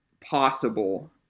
possible